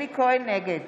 בעד אלי כהן, נגד